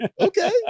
okay